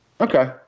Okay